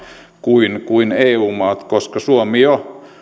kuin kuin eu maat koska suomi on jo